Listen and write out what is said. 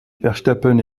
verstappen